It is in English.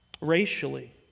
Racially